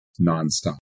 nonstop